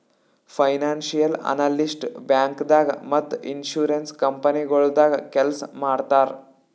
financial analyst ಬ್ಯಾಂಕ್ದಾಗ್ ಮತ್ತ್ insurance ಕಂಪನಿಗೊಳ್ದಾಗ ಕೆಲ್ಸ್ ಮಾಡ್ತರ್